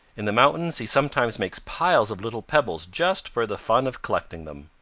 in the mountains he sometimes makes piles of little pebbles just for the fun of collecting them.